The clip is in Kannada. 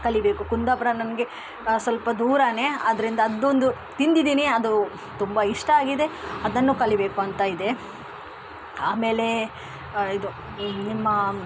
ಕಲಿಯಬೇಕು ಕುಂದಾಪುರ ನನಗೆ ಸ್ವಲ್ಪ ದೂರನೇ ಆದ್ದರಿಂದ ಅದೊಂದು ತಿಂದಿದ್ದೀನಿ ಅದು ತುಂಬ ಇಷ್ಟ ಆಗಿದೆ ಅದನ್ನು ಕಲಿಯಬೇಕು ಅಂತ ಇದೆ ಆಮೇಲೆ ಇದು ನಿಮ್ಮ